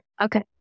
Okay